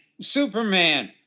superman